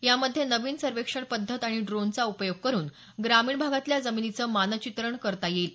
यामध्ये नवीन सर्वेक्षण पद्धत आणि ड्रोनचा उपयोग करून ग्रामीण भागातल्या जमिनीचं मानचित्रण करता येईल